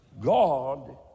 God